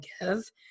give